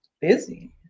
busy